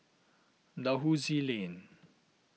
Dalhousie Lane